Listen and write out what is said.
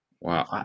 Wow